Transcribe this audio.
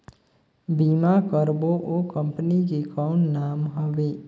बीमा करबो ओ कंपनी के कौन नाम हवे?